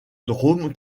drôme